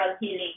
healing